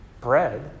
bread